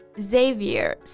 Xavier